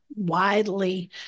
Widely